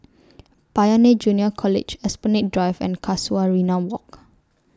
Pioneer Junior College Esplanade Drive and Casuarina Walk